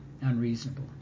unreasonable